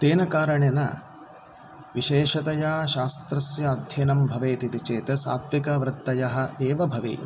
तेन कारणेन विशेषतया शास्त्रस्य अध्ययनं भवेदिति चेत् सात्त्विकवृत्तयः एव भवेयुः